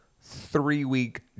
three-week